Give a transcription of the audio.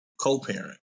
co-parent